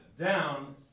down